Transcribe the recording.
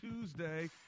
Tuesday